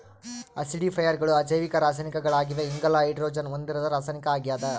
ಆಸಿಡಿಫೈಯರ್ಗಳು ಅಜೈವಿಕ ರಾಸಾಯನಿಕಗಳಾಗಿವೆ ಇಂಗಾಲ ಹೈಡ್ರೋಜನ್ ಹೊಂದಿರದ ರಾಸಾಯನಿಕ ಆಗ್ಯದ